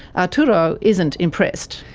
arturo isn't impressed.